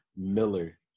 miller